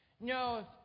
No